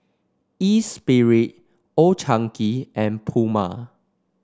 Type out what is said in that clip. Espirit Old Chang Kee and Puma